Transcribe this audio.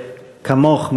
כמוך,